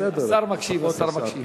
השר מקשיב.